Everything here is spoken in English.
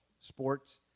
sports